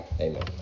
Amen